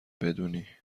بدونی